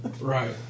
Right